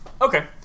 Okay